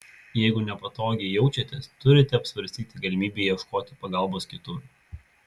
jeigu nepatogiai jaučiatės turite apsvarstyti galimybę ieškoti pagalbos kitur